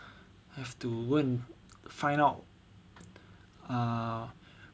have to go and find out err